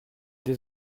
des